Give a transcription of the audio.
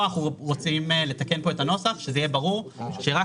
אנחנו רוצים לתקן את הנוסח כך שיהיה ברור שרק